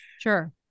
Sure